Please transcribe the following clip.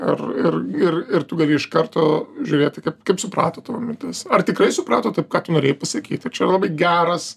ir ir ir ir tu gali iš karto žiūrėti kaip kaip suprato tavo mintis ar tikrai suprato taip ką tu norėjai pasakyt ir čia yra labai geras